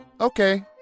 okay